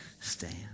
stand